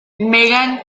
megan